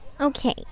okay